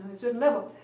certain level.